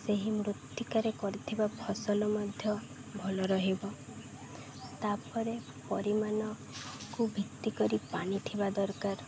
ସେହି ମୃତ୍ତିିକାରେ କରିଥିବା ଫସଲ ମଧ୍ୟ ଭଲ ରହିବ ତା'ପରେ ପରିମାଣକୁ ଭିତ୍ତି କରି ପାଣି ଥିବା ଦରକାର